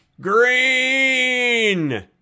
green